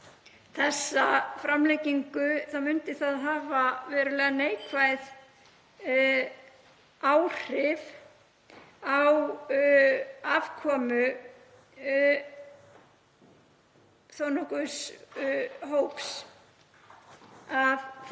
þessa framlengingu þá myndi það hafa verulega neikvæð áhrif á afkomu þó nokkuð stórs hóps af fólki.